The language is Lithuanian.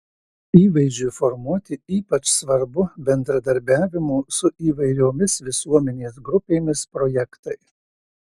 įvaizdžiui formuoti ypač svarbu bendradarbiavimo su įvairiomis visuomenės grupėmis projektai